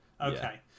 Okay